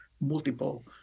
multiple